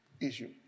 issue